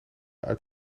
uit